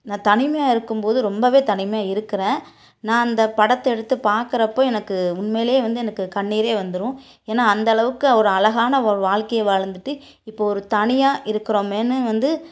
நான் தனிமையாக இருக்கும்போது ரொம்பவே தனிமையாக இருக்கிறேன் நான் அந்த படத்தை எடுத்து பார்க்குறப்போ எனக்கு உண்மையிலே வந்து எனக்கு கண்ணீரே வந்துரும் ஏன்னா அந்தளவுக்கு ஒரு அழகான ஒரு வாழ்க்கையை வாழ்ந்துட்டு இப்போது ஒரு தனியாக இருக்கிறோமேன்னு வந்து